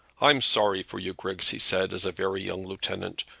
i'm sorry for you, griggs, he said, as a very young lieutenant,